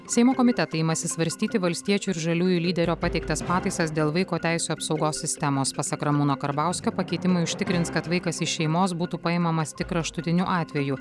seimo komitetai imasi svarstyti valstiečių ir žaliųjų lyderio pateiktas pataisas dėl vaiko teisių apsaugos sistemos pasak ramūno karbauskio pakeitimai užtikrins kad vaikas iš šeimos būtų paimamas tik kraštutiniu atveju